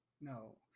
No